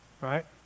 right